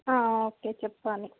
okay చెప్పాలి